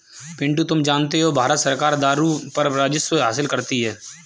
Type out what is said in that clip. पिंटू तुम जानते हो भारत सरकार दारू पर राजस्व हासिल करती है